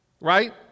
right